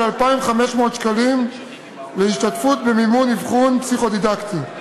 2,500 שקלים להשתתפות במימון אבחון פסיכו-דידקטי.